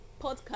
podcast